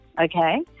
okay